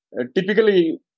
Typically